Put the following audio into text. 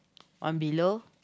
on below